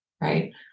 right